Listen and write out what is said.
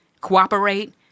cooperate